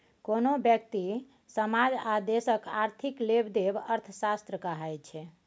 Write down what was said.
कोनो ब्यक्ति, समाज आ देशक आर्थिक लेबदेब अर्थशास्त्र कहाइ छै